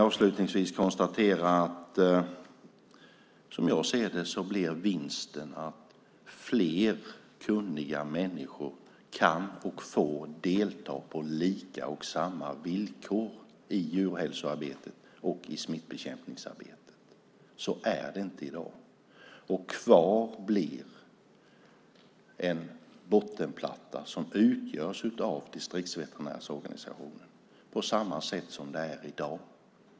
Avslutningsvis konstaterar jag att som jag ser detta blir vinsten att fler kunniga människor kan och får delta på lika villkor i djurhälsoarbetet och i smittbekämpningsarbetet. Så är det inte i dag. Kvar blir en bottenplatta som utgörs av distriktsveterinärsorganisationen på samma sätt som i dag.